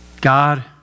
God